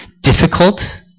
difficult